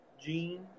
gene